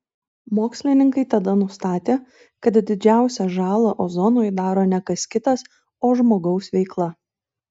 mokslininkai tada nustatė kad didžiausią žalą ozonui daro ne kas kitas o žmogaus veikla